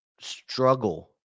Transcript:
struggle